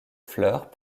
fleurs